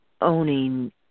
owning